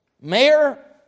mayor